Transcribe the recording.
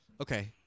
okay